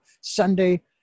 Sunday